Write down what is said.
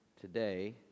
today